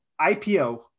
ipo